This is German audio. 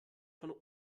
von